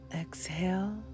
exhale